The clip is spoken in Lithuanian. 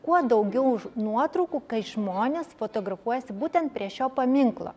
kuo daugiau už nuotraukų kai žmonės fotografuojasi būtent prie šio paminklo